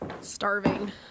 Starving